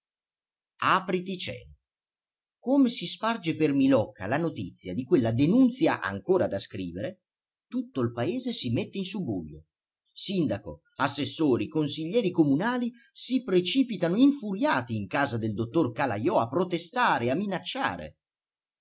apriti cielo come si sparge per milocca la notizia di quella denunzia ancora da scrivere tutto il paese si mette in subbuglio sindaco assessori consiglieri comunali si precipitano infuriati in casa del dottor calajò a protestare a minacciare